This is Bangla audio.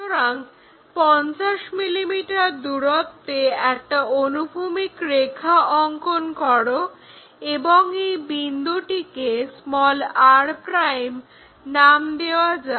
সুতরাং 50 mm দূরত্বে একটা অনুভূমিক রেখা অঙ্কন করো এবং এই বিন্দুটিকে r' নাম দেওয়া যাক